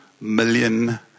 million